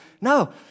No